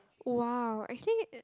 !wow! actually